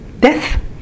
death